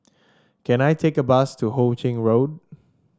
can I take a bus to Ho Ching Road